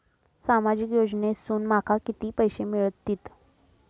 सामाजिक योजनेसून माका किती पैशे मिळतीत?